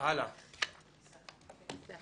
ישנה איזושהי מומחיות או איזושהי סמכות מקצועית,